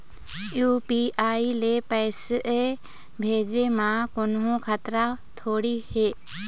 UPI ले पैसे भेजे म कोन्हो खतरा थोड़ी हे?